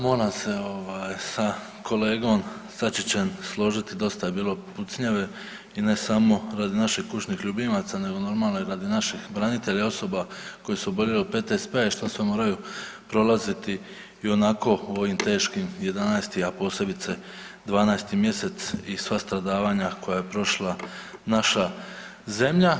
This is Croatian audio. Moram se sa kolegom Sačićem složiti, dosta je bilo pucnjave i ne samo radi naših kućnih ljubimaca nego normalno i radi naših branitelja i osoba koje su oboljele od PTSP-a i što sve moraju prolaziti i onako u ovim teškim 11., a posebice 12. mjesec i sva stradavanja koja je prošla naša zemlja.